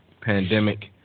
pandemic